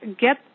Get